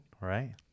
right